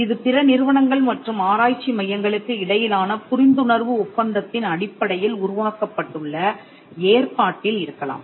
இது பிற நிறுவனங்கள் மற்றும் ஆராய்ச்சி மையங்களுக்கு இடையிலான புரிந்துணர்வு ஒப்பந்தத்தின் அடிப்படையில் உருவாக்கப்பட்டுள்ள ஏற்பாட்டில் இருக்கலாம்